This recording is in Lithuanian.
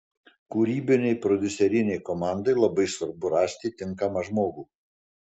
kūrybinei prodiuserinei komandai labai svarbu rasti tinkamą žmogų